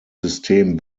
system